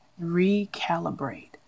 recalibrate